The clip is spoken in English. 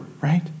right